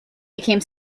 became